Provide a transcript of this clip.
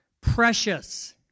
Precious